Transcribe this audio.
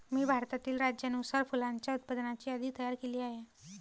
मी भारतातील राज्यानुसार फुलांच्या उत्पादनाची यादी तयार केली आहे